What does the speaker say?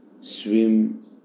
swim